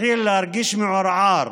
מתחיל להרגיש מעורער,